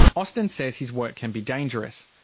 austin says his work can be dangerous.